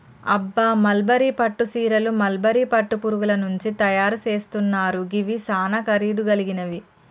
అబ్బ మల్బరీ పట్టు సీరలు మల్బరీ పట్టు పురుగుల నుంచి తయరు సేస్తున్నారు గివి సానా ఖరీదు గలిగినవి